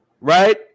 right